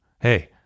Hey